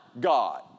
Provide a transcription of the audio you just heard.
God